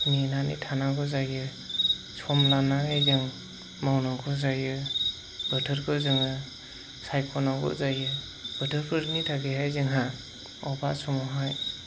नेनानै थानांगौ जायो सम लानानै जों मावनांगौ जायो बोथोरखौ जोङो सायख'नांगौ जायो बोथोरफोरनि थाखैहाय जोंहा बबेबा समावहाय